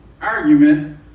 argument